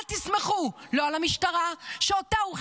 אל תסמכו, לא על המשטרה, שאותה הוא חירב,